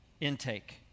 intake